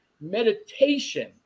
meditation